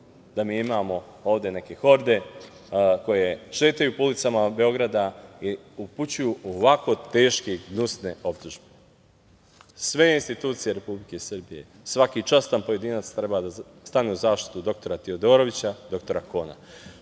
da mi imamo ovde neke horde koje šetaju po ulicama Beograda i upućuju ovako teške i gnusne optužbe. Sve institucije Republike Srbije, svaki častan pojedinac treba da stane u zaštitu dr Tiodorovića, dr Kona.